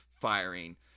firing